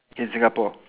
in Singapore